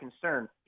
concern